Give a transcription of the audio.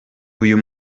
uyu